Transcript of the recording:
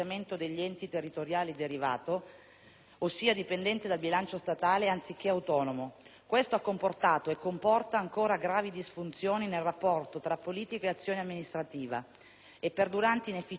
ossia dipendente dal bilancio statale, anziché autonomo. Ciò ha comportato e comporta ancora gravi disfunzioni nel rapporto tra politica e azione amministrativa e perduranti inefficienze nell'utilizzo delle risorse pubbliche.